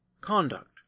conduct